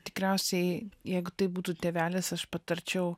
tikriausiai jeigu tai būtų tėvelis aš patarčiau